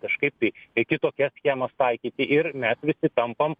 kažkaip tai tai kitokias schemas taikyti ir mes visi tampam